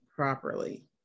properly